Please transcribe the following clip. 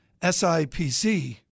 SIPC